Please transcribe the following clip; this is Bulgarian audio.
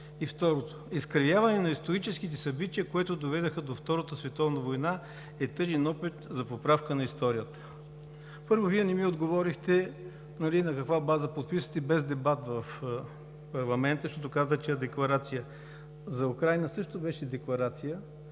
и, вторият: „изкривяване на историческите събития, които доведоха до Втората световна война, е тъжен опит за поправка на историята“. Първо, Вие не ми отговорихте: на каква база подписвате без дебат в парламента, защото казахте, че е декларация? За Украйна също беше декларация